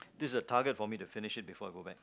this is a target for me to finish it before I go back